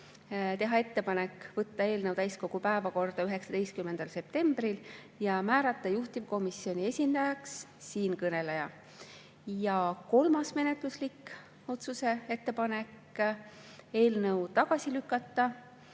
teha ettepanek võtta eelnõu täiskogu päevakorda 19. septembriks ja määrata juhtivkomisjoni esindajaks siinkõneleja. Kolmas menetluslik ettepanek – eelnõu tagasi lükata